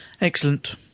Excellent